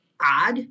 odd